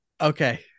Okay